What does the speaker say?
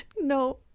No